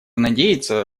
надеяться